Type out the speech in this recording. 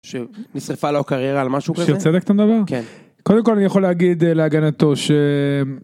‫שנשרפה לו הקריירה על משהו כזה? ‫-שיוצא דקתם דבר? ‫-כן. ‫קודם כל, אני יכול להגיד ‫להגנתו ש...